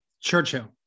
Churchill